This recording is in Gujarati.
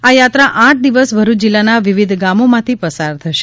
આ યાત્રા આઠ દિવસ ભરૂચ જિલ્લાના વિવિધ ગામોમાંથી પસાર થશે